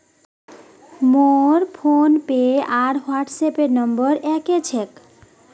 मोर फोनपे आर WhatsApp number एक क छेक